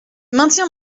maintiens